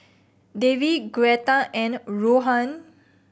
Davey Gretta and Rohan